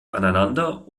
aneinander